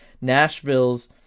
Nashville's